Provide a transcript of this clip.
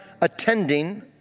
attending